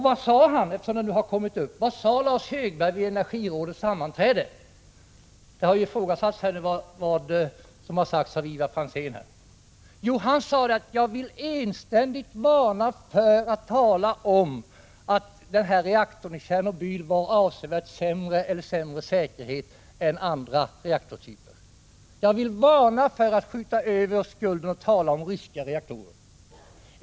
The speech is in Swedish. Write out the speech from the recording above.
Vad sade då Lars Högberg vid Energirådets sammanträde? Det Ivar Franzén har sagt här har ju ifrågasatts. Jo, Lars Högberg sade att han enständigt ville varna för att tala om att reaktorn i Tjernobyl var försedd med sämre säkerhetssystem än andra reaktortyper. Han varnade för att någon skulle skjuta över skulden på andra och tala om dåliga ryska reaktorer.